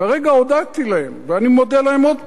כרגע הודיתי להם, ואני מודה להם עוד פעם.